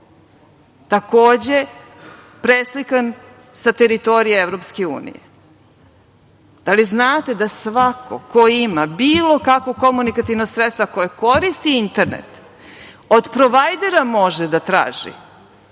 takođe, preslikan sa teritorije EU. Da li znate da svako ko ima bilo kakvo komunikativno sredstvo koje koristi internet od provajderea može da traži